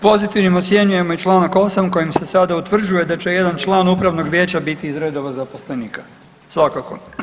Pozitivnim ocjenjujemo i Članak 8. kojim se sada utvrđuje da će jedan član upravnog vijeća biti iz redova zaposlenika, svakako.